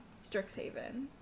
Strixhaven